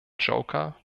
joker